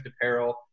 Apparel